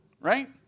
Right